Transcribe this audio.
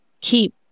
Keep